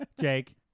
Jake